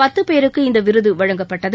பத்து பேருக்கு இந்த விருது வழங்கப்பட்டது